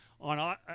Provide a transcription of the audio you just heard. on